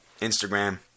Instagram